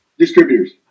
Distributors